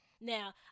Now